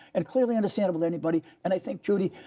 and clearly understandable to anybody. and i think, judy,